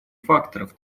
факторов